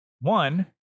One